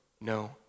no